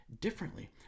differently